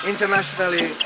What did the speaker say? Internationally